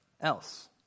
else